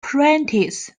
prentice